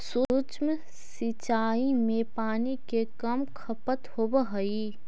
सूक्ष्म सिंचाई में पानी के कम खपत होवऽ हइ